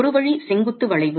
ஒரு வழி செங்குத்து வளைவு